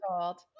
old